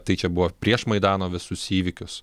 tai čia buvo prieš maidano visus įvykius